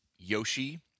Yoshi